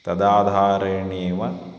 तदाधारेणेव